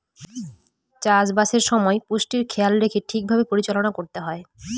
চাষবাসের সময় পুষ্টির খেয়াল রেখে ঠিক ভাবে পরিচালনা করতে হয়